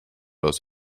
aus